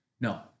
No